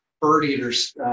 bird-eaters